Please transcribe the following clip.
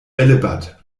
bällebad